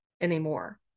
anymore